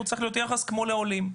צריך להיות יחס כמו לעולים.